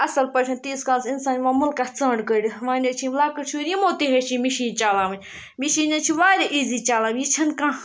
اَصٕل پٲٹھٮ۪ن تیٖتِس کالَس اِنسان یِوان مٔلکَس ژٔنٛڈ کٔڑِتھ وۄنۍ حظ چھِ یِم لَکٕٹۍ شُرۍ یِمو تہِ ہیٚچھ یہِ مِشیٖن چَلاوٕنۍ مِشیٖن حظ چھِ واریاہ ایٖزی چَلاوٕنۍ یہِ چھ نہٕ کانٛہہ